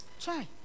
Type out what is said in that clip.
Try